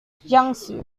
jiangsu